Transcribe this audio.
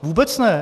Vůbec ne.